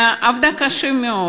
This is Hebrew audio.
עבדה קשה מאוד.